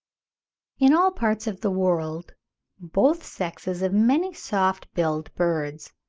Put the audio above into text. in all parts of the world both sexes of many soft-billed birds,